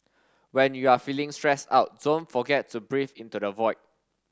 when you are feeling stressed out don't forget to breathe into the void